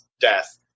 death